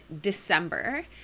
December